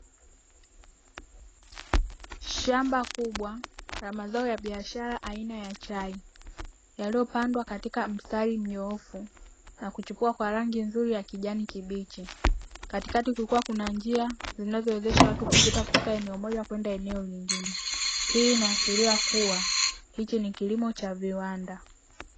Shamba kubwa la mazao ya biashara aina ya chai yaliyopandwa katika mstari mnyoofu na kuchipua vizuri kwa rangi ya kijani kibichi, katikati kukiwa na njia zinazowezesha kutoka eneo moja kwenda eneo lingine. Hii inaashiria kuwa hiki ni kilimo cha viwanda.